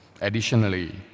Additionally